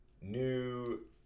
new